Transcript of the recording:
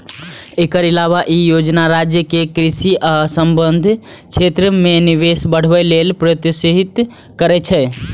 एकर अलावे ई योजना राज्य कें कृषि आ संबद्ध क्षेत्र मे निवेश बढ़ावे लेल प्रोत्साहित करै छै